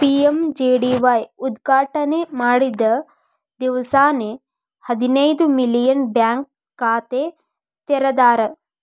PMJDY ಉದ್ಘಾಟನೆ ಮಾಡಿದ್ದ ದಿವ್ಸಾನೆ ಹದಿನೈದು ಮಿಲಿಯನ್ ಬ್ಯಾಂಕ್ ಖಾತೆ ತೆರದಾರ್